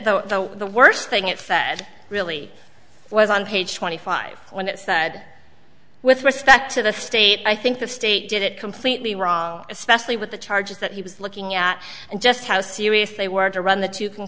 the the worst thing it said really was on page twenty five when it said with respect to the state i think the state did it completely wrong especially with the charges that he was looking at and just how serious they were to run the two